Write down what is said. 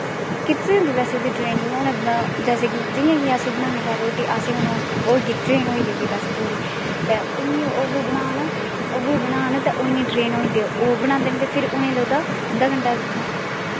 कीती दी होंदी बैसे ते ट्रेनिंग उ'नें जि'यां कि अस बनान्ने रोटी घर असें ते ट्रेनिंग होई दी बैसे ओह्दी ते इ'यां ओह् बी बनान ओह् बी बनान ते उ'नें गी बी ट्रनिंग होई जंदी ओह् बनांदे नी ते उ'नें गी लगदा अद्धा घैंटा